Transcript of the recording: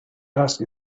asked